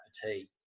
fatigue